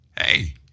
hey